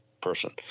person